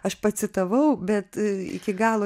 aš pacitavau bet iki galo